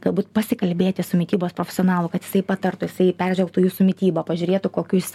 galbūt pasikalbėti su mitybos profesionalu kad jisai patartų jisai peržvelgtų jūsų mitybą pažiūrėtų kokius